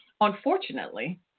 Unfortunately